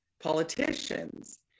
politicians